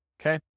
okay